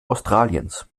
australiens